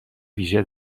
ویژه